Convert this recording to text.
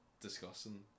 discussing